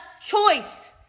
choice